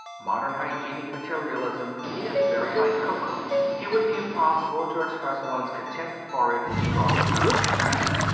modern hygienic materialism is very like cocoa it would be impossible to express one's contempt for it in stronger terms than that.